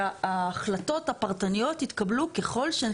שההחלטות הפרטניות יתקבלו ככל,